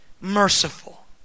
merciful